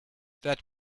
that